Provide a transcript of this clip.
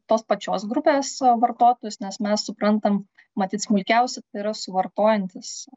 tos pačios grupės vartotojus nes mes suprantam matyt smulkiausi tai yra suvartojantys